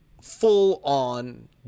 full-on